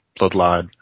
bloodline